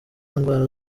indwara